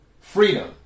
Freedom